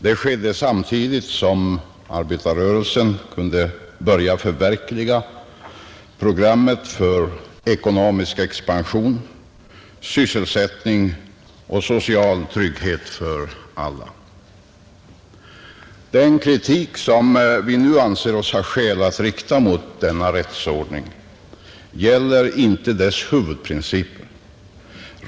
Det skedde samtidigt som arbetarrörelsen kunde börja förverkliga programmet för ekonomisk expansion, sysselsättning och social trygghet för alla, Den kritik som vi nu anser oss ha skäl att rikta mot denna rättsordning gäller inte dess huvudprinciper.